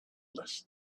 less